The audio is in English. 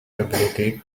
ability